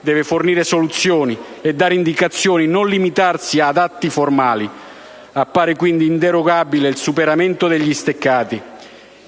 deve fornire soluzioni e dare indicazioni, non limitarsi ad atti formali. Appare quindi inderogabile il superamento degli steccati